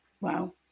wow